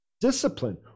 discipline